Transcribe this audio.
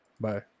Bye